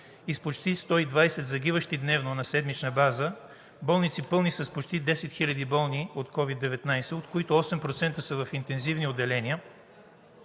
с почти 120 загиващи дневно на седмична база болници, пълни с почти 10 000 болни от COVID-19, от които 8% са в интензивни отделения,